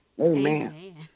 Amen